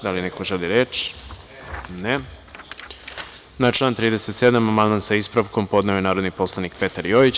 Da li neko želi reč? (Ne) Na član 37. amandman, sa ispravkom, podneo je narodni poslanik Petar Jojić.